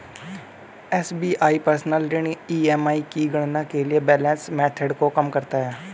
SBI personal ऋण EMI की गणना के लिए बैलेंस मेथड को कम करता है